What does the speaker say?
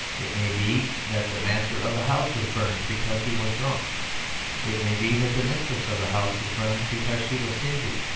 it may be that the master of the house was burned because he was drunk it may be that the mistress of the house was burned because she was stingy,